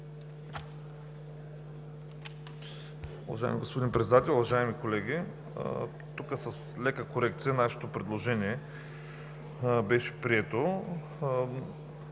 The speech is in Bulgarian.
Уважаеми господин Председател, уважаеми колеги! Тук с лека корекция нашето предложение беше прието,